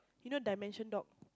you know Dalmatian dog